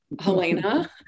Helena